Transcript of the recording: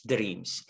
dreams